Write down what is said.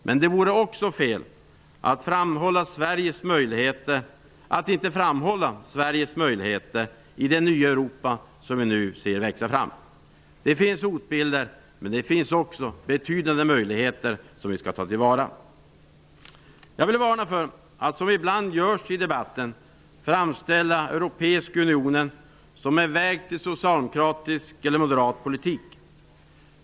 Men det också fel att inte framhålla Sveriges möjligheter i det nya Europa som vi nu ser växa fram. Det finns hotbilder, men det finns också betydande möjligheter som vi skall ta till vara. Jag vill varna för att man, vilket ibland görs i debatten, framställer den europeiska unionen som en väg till socialdemokratisk eller moderat politik.